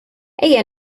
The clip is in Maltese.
ejja